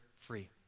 free